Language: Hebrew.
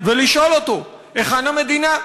ולשאול אותו, היכן המדינה?